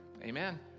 Amen